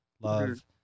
love